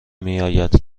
میآید